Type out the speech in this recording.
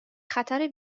خطر